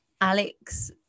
alex